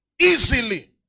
Easily